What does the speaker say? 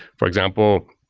for example,